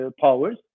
powers